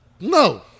No